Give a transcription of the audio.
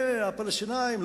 הפלסטינים,